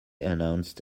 announced